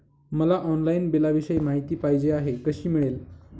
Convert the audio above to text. मला ऑनलाईन बिलाविषयी माहिती पाहिजे आहे, कशी मिळेल?